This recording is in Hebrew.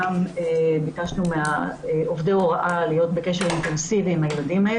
שם ביקשנו מעובדי ההוראה להיות בקשר אינטנסיבי עם הילדים.